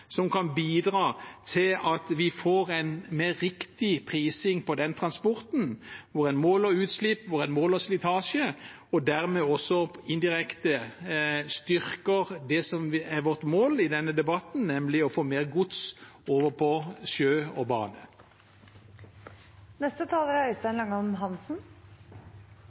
som kan bidra til at vi får en riktigere prising på den transporten, hvor en måler utslipp, hvor en måler slitasje, og dermed også indirekte styrker det som er vårt mål i denne debatten, nemlig å få mer gods over på sjø og bane. Alle snakker om været, men ingen gjør noe med det; det er